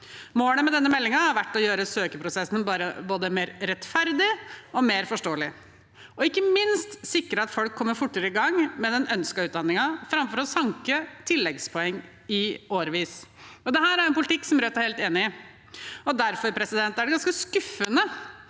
Målet med denne meldingen har vært å gjøre søkeprosessen både mer rettferdig og mer forståelig og ikke minst å sikre at folk kommer fortere i gang med den ønskede utdanningen – framfor å sanke tilleggspoeng i årevis. Dette er en politikk som Rødt er helt enig i, og derfor er det ganske skuffende